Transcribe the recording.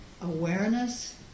awareness